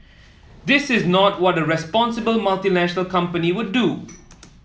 this is not what a responsible multinational company would do